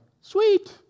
sweet